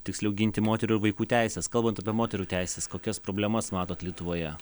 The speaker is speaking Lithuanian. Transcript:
tiksliau ginti moterų ir vaikų teises kalbant apie moterų teises kokias problemas matot lietuvoje